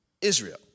Israel